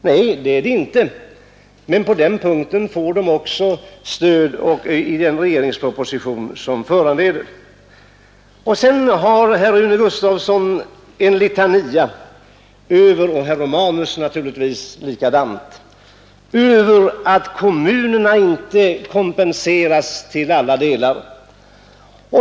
Nej, det är sant, men på den punkten får de också stöd genom den proposition som föreligger. Vidare har herr Gustavsson, och likaså herr Romanus, en litania över att kommunerna inte kompenseras till alla delar.